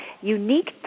unique